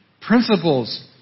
principles